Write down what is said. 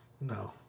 No